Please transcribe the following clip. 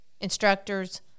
instructors